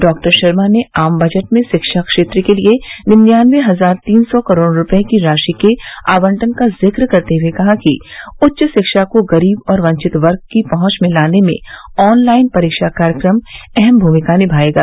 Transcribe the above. doctor Sharma ने आम budget में शिक्षा क्षेत्र के लिए निनयान्नबे हजार तीन सौ करोड़ रूपये की राशि के आवंटन का जिक्र करते हए कहा कि उच्च शिक्षा को गरीब और वंचित वर्ग की पहुंच में लाने में ऑन लाइन परीक्षा कार्यक्रम अहम भूमिका निभायेगा